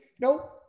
Nope